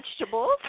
vegetables